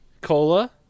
cola